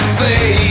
say